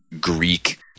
Greek